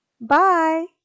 Bye